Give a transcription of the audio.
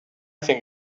think